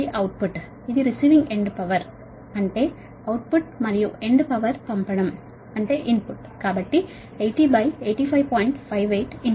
ఇది output ఇది receiving end power అంటే అవుట్ పుట్ మరియు ఎండ్ పవర్ పంపడం అంటే ఇన్ పుట్ కాబట్టి 8085